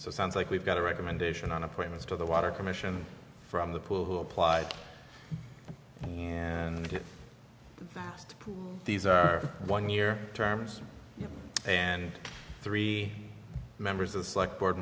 it sounds like we've got a recommendation on appointments to the water commission from the pool who applied and fast these are one year terms and three members is like board